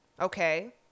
Okay